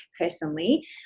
Personally